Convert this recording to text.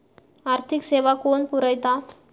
आर्थिक सेवा कोण पुरयता?